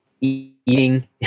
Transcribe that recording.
eating